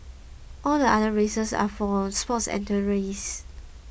all the other races are more for sports